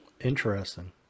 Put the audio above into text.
interesting